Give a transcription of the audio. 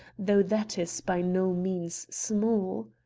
though that is by no means small.